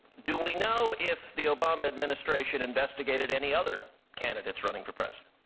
do we know if the obama administration investigated any other candidates running for president?